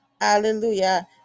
hallelujah